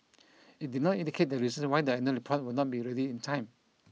it did not indicate the reason why the annual report will not be ready in time